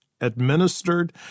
administered